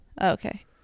Okay